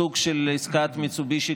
סוג של עסקת מיצובישי,